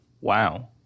Wow